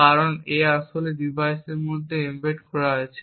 কারণ a আসলে ডিভাইসের মধ্যে এম্বেড করা আছে